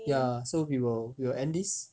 ya we will we will end this